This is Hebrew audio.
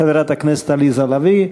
חברת הכנסת עליזה לביא.